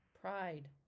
Pride